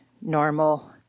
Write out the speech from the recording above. normal